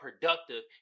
productive